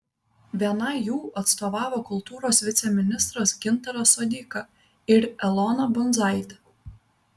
vienai jų atstovavo kultūros viceministras gintaras sodeika ir elona bundzaitė